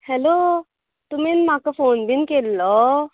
hello तुमीन म्हाका phone बीन केल्लो